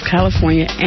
California